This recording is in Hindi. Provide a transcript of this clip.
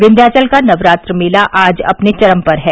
विच्याचल का नवरात्र मेला आज अपने चरम पर है